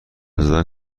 زدن